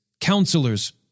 counselors